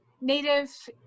Native